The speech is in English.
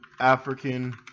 african